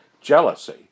Jealousy